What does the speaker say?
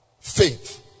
faith